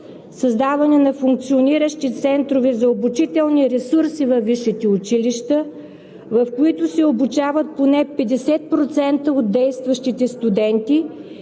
Създаване на функциониращи центрове за обучителни ресурси във висшите училища, в които се обучават поне 50% от действащите студенти